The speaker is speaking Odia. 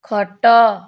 ଖଟ